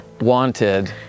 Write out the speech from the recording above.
wanted